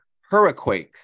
hurricane